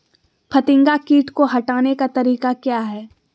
फतिंगा किट को हटाने का तरीका क्या है?